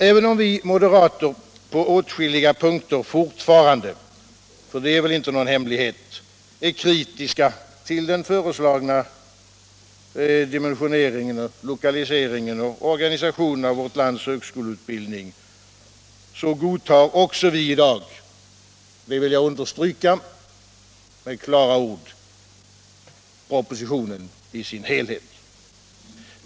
Även om vi moderater på åtskilliga punkter — för det är väl inte någon hemlighet — är kritiska till den föreslagna dimensioneringen, lokaliseringen och organisationen av vårt lands högskoleutbildning, så godtar också vi i dag propositionen i dess helhet, det vill jag understryka med klara ord.